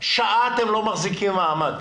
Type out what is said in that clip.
שעה אתם לא מחזיקים מעמד.